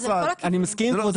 אני מסכים עם כבודו,